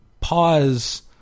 pause